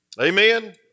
Amen